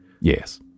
Yes